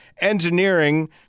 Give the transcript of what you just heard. engineering